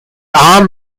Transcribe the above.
arm